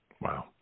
Wow